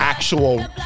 Actual